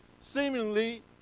seemingly